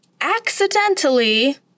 accidentally